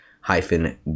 hyphen